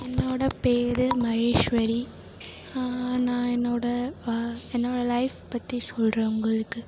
என்னோடய பேர் மகேஷ்வரி நான் என்னோடய பா என்னோடய லைஃப் பற்றி சொல்கிறேன் உங்களுக்கு